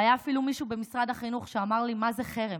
והיה אפילו מישהו במשרד החינוך שאמר לי: מה זה חרם?